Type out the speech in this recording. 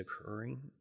occurring